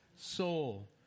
soul